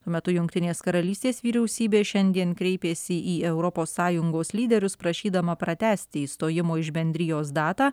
metu jungtinės karalystės vyriausybė šiandien kreipėsi į europos sąjungos lyderius prašydama pratęsti išstojimo iš bendrijos datą